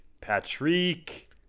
Patrick